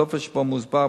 טופס שבו מוסבר,